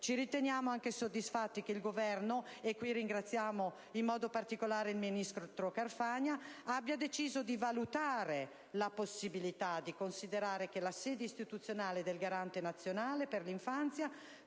Ci riteniamo anche soddisfatti che il Governo - e qui ringraziamo in modo particolare il ministro Carfagna - abbia deciso di valutare la possibilità di prevedere che la sede istituzionale del Garante nazionale per l'infanzia